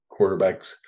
quarterbacks